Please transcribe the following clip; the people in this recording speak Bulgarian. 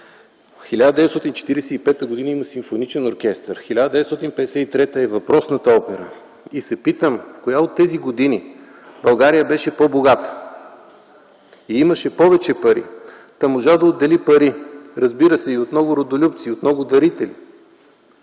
1945 г. има симфоничен оркестър; през 1953 г. е въпросната опера. И се питам: в коя от тези години България беше по-богата и имаше повече пари, та можа да отдели пари (разбира се, и от много родолюбци, от много дарители,